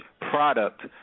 product